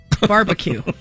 barbecue